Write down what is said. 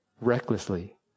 recklessly